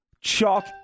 Chalk